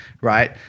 Right